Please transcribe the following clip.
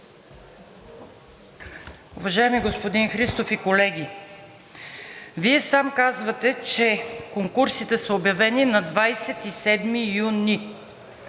Уважаеми господин Христов и колеги! Вие сам казвате, че конкурсите са обявени на 27 юни.